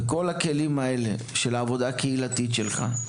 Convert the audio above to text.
וכל הכלים האלה של העבודה הקהילתית שלך,